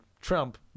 Trump